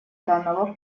данного